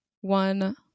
one